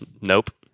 nope